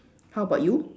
how about you